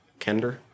Kender